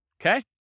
Okay